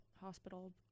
hospital